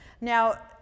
Now